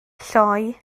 lloi